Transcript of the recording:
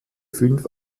fünf